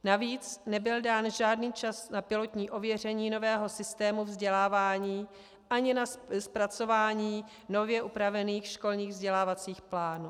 Navíc nebyl dán žádný čas na pilotní ověření nového systému vzdělávání ani na zpracování nově upravených školních vzdělávacích plánů.